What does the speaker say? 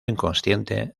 inconsciente